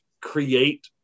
create